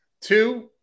Two